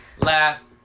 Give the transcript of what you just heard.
last